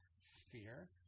sphere